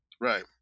Right